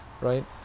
right